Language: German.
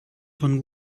von